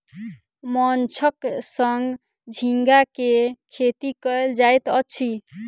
माँछक संग झींगा के खेती कयल जाइत अछि